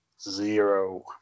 zero